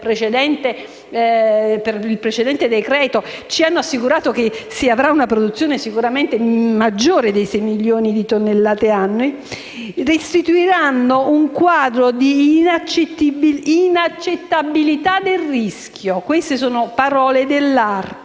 per il precedente decreto-legge ci hanno assicurato che si avrà una produzione sicuramente maggiore a 6 milioni di tonnellate annue - «restituiva un quadro di inaccettabilità del rischio». Queste sono parole dell'ARPA